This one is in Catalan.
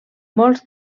molts